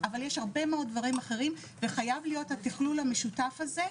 אבל יש הרבה מאוד דברים אחרים וחייב להיות התכלול המשותף הזה,